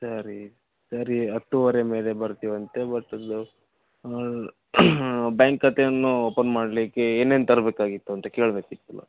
ಸರಿ ಸರಿ ಹತ್ತುವರೆ ಮೇಲೆ ಬರ್ತೀವಂತೆ ಬಟ್ ಅದು ಬ್ಯಾಂಕ್ ಖಾತೆಯನ್ನು ಓಪನ್ ಮಾಡಲಿಕ್ಕೆ ಏನೇನು ತರಬೇಕಾಗಿತ್ತು ಅಂತ ಕೇಳಬೇಕಿತ್ತಲ್ಲ